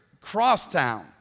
Crosstown